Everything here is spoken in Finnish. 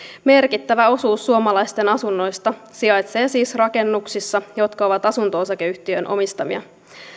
merkittävä osuus suomalaisten asunnoista sijaitsee siis rakennuksissa jotka ovat asunto osakeyhtiön omistamia